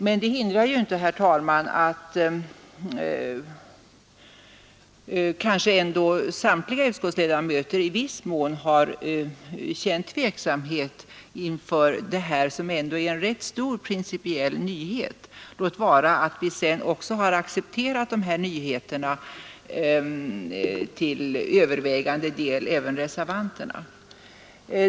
Men det hindrar inte att samtliga utskottsledamöter i viss mån har känt tveksamhet inför förslaget, som ändå innebär en rätt stor principiell nyhet — låt vara att vi sedan har accepterat nyheterna till övervägande del, även reservanterna.